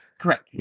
correct